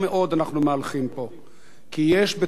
כי יש בתוכנו מטורפים